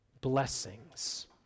blessings